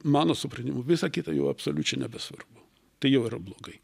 mano supratimu visa kita jau absoliučiai nebesvarbu tai jau yra blogai